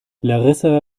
larissa